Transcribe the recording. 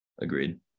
Agreed